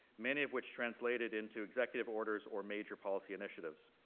many of which translated into executive orders or major policy initiatives.